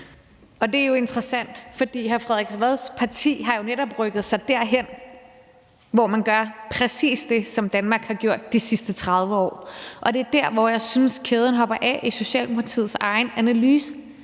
Det er jo interessant, for hr. Frederik Vads parti har jo netop rykket sig derhen, hvor man gør præcis det, som Danmark har gjort de sidste 30 år, og det er der, hvor jeg synes, at kæden hopper af i Socialdemokratiets egen analyse.